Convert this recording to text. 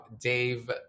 Dave